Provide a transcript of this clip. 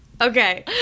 Okay